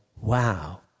wow